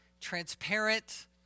transparent